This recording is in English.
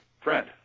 friend